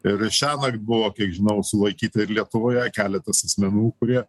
ir šiąnakt buvo kiek žinau sulaikyta ir lietuvoje keletas asmenų kurie